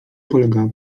polega